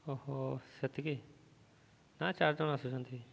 ଓହୋ ସେତିକି ନା ଚାରିଜଣ ଆସୁଛନ୍ତି